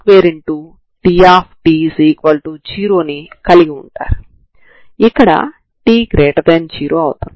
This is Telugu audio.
ఇప్పుడు మీరు దీనిని ఎలా విభజిస్తారనేది మీ సమస్య అవుతుంది